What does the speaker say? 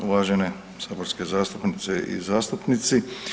Uvažene saborske zastupnice i zastupnici.